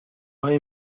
های